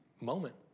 moment